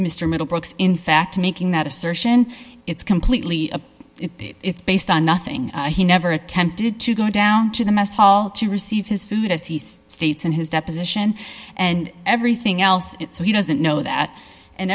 mr middlebrooks in fact making that assertion it's completely a it's based on nothing he never attempted to go down to the mess hall to receive his food as he states in his deposition and everything else so he doesn't know that and